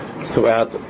throughout